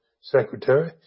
secretary